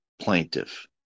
plaintiff